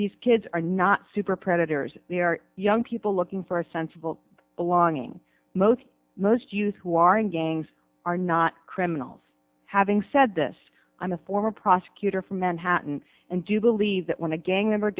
these kids are not super predators they are young people looking for a sensible belonging most most youth who are in gangs are not criminals having said this i'm a former prosecutor from manhattan and do believe that when a gang member